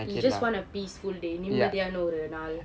you just want a peaceful day நிம்மதியான ஒரு நாள்:nimmathiyaana oru naal